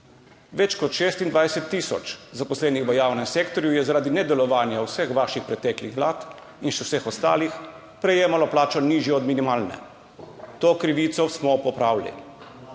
Več kot 26 tisoč zaposlenih v javnem sektorju je zaradi nedelovanja vseh vaših preteklih vlad in še vseh ostalih prejemalo plačo, nižjo od minimalne. To krivico smo popravili.